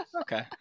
Okay